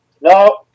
No